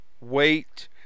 wait